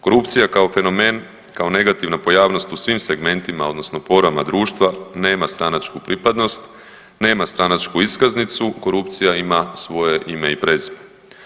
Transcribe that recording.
Korupcija kao fenomen, kao negativna pojavnost u svim segmentima odnosno porama društva nema stranačku pripadnost, nema stranačku iskaznicu, korupcija ima svoje ime i prezime.